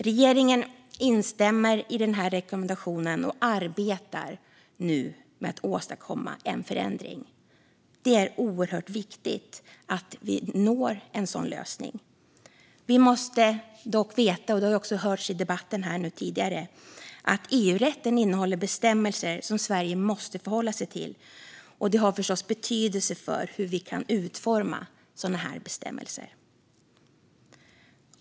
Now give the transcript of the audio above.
Regeringen instämmer i den rekommendationen och arbetar nu med att åstadkomma en förändring. Det är oerhört viktigt att vi når en sådan lösning. Vi måste dock veta - detta har hörts i debatten tidigare - att EU-rätten innehåller bestämmelser som Sverige måste förhålla sig till. Det har förstås betydelse för hur vi kan utforma sådana här bestämmelser.